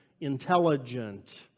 intelligent